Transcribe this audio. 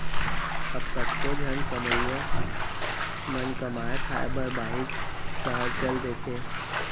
अब कतको झन कमवइया मन कमाए खाए बर बाहिर सहर चल देथे